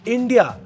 India